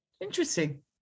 Interesting